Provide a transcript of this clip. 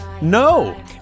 No